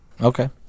Okay